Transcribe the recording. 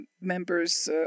members